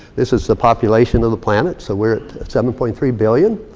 this is the population of the planet. so we're at seven point three billion.